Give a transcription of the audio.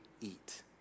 eat